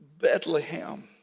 Bethlehem